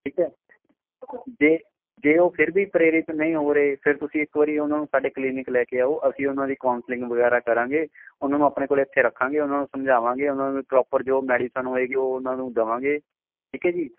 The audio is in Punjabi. ਠੀਕ ਹੈ ਜੇ ਜੇ ਉਹ ਫਿਰ ਵੀ ਪ੍ਰੇਰਿਤ ਨਹੀਂ ਹੋ ਰਹੇ ਫਿਰ ਤੁਸੀਂ ਇੱਕ ਵਾਰੀ ਉਹਨਾਂ ਨੂੰ ਸਾਡੇ ਕਲੀਨਿਕ ਲੈ ਕੇ ਆਓ ਅਸੀਂ ਉਹਨਾਂ ਦੀ ਕੌਂਸਲਿੰਗ ਵਗੈਰਾ ਕਰਾਂਗੇ ਉਹਨਾਂ ਨੂੰ ਆਪਣੇ ਕੋਲ ਇੱਥੇ ਰੱਖਾਂਗੇ ਉਹਨਾਂ ਨੂੰ ਸਮਝਾਵਾਂਗੇ ਉਹਨਾਂ ਨੂੰ ਪ੍ਰੋਪਰ ਜੋ ਮੈਡੀਸਨ ਹੋਏਗੀ ਉਹ ਉਹਨਾਂ ਨੂੰ ਦੇਵਾਂਗੇ ਠੀਕ ਹੈ ਜੀ